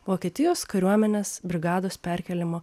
vokietijos kariuomenės brigados perkėlimo